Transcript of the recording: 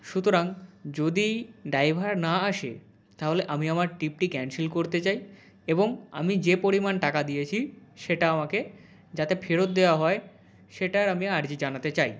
সুতরাং যদি ড্রাইভার না আসে তাহলে আমি আমার ট্রিপটি ক্যান্সেল করতে চাই এবং আমি যে পরিমাণ টাকা দিয়েছি সেটা আমাকে যাতে ফেরত দেওয়া হয় সেটার আমি আর্জি জানাতে চাই